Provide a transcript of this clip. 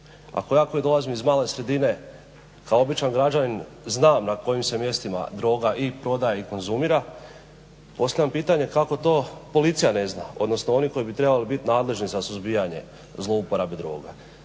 Ako ja koji dolazim iz male sredine kao običan građanin znam na kojim se mjestima droga i prodaje i konzumira, postavljam pitanje kako to policija ne zna, odnosno oni koji bi trebali biti nadležni za suzbijanje zlouporabe droga?